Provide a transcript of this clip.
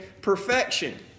perfection